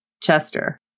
Chester